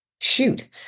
Shoot